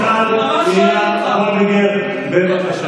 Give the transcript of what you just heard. לא שואל אותך, גס רוח.